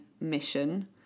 mission